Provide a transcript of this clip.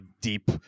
deep